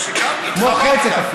אמרת שתענה על זה ולא ענית.